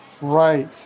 Right